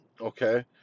okay